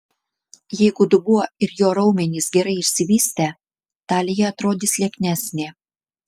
jeigu dubuo ir jo raumenys gerai išsivystę talija atrodys lieknesnė